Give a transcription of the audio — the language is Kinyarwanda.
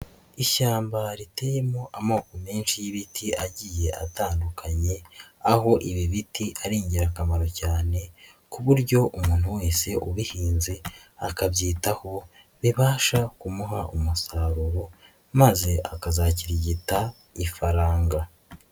Ishyamba riteyemo amoko menshi y'ibiti agiye atandukanye, aho ibi biti ari ingirakamaro cyane ku buryo umuntu wese ubihinze, akabyitaho, bibasha kumuha umusaruro maze akazakirigita ifaranga.